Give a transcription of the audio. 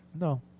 No